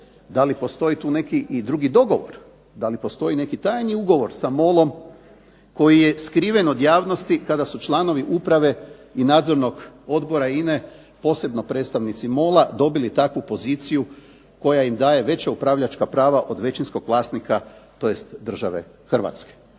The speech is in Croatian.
da li postoji tu neki i drugi dogovor, da li postoji neki tajni ugovor sa MOL-om koji je skriven od javnosti kada su članovi uprave i nadzornog odbora INA-e posebno predstavnici MOL-a dobili takvu poziciju koja im daje veća upravljačka prava od većinskog vlasnika tj. države Hrvatske.